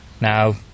Now